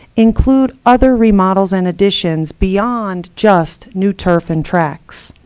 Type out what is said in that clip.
include other remodels and additions beyond just new turf and tracks.